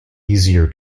easier